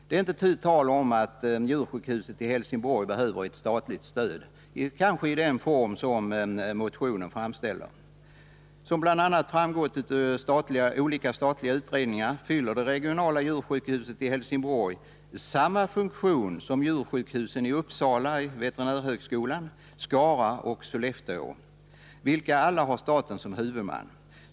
Det är inte tu tal om att djursjukhuset i Helsingborg behöver statligt stöd, kanske i den form som föreslås i motionen. Som bl.a. framgått av olika statliga utredningar fyller det regionala djursjukhuset i Helsingborg samma funktion som djursjukhusen i Uppsala vid Veterinärhögskolan, i Skara och i Sollefteå, vilka alla har staten som huvudman.